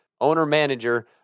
owner-manager